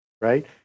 right